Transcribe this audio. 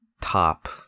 top